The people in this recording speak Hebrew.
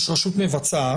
יש רשות מבצעת,